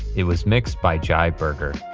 it was mixed by jai berger.